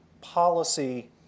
policy